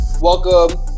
Welcome